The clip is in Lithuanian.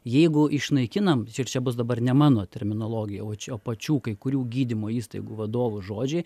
jeigu išnaikinam ir čia bus dabar ne mano terminologija o čia pačių kai kurių gydymo įstaigų vadovų žodžiai